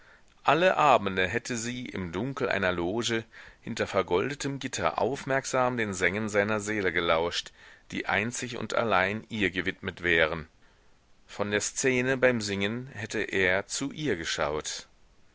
alle abende hätte sie im dunkel einer loge hinter vergoldetem gitter aufmerksam den sängen seiner seele gelauscht die einzig und allein ihr gewidmet wären von der szene beim singen hätte er zu ihr geschaut